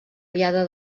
diada